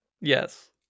Yes